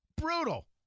Brutal